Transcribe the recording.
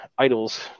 idols